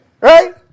Right